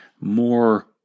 more